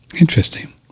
Interesting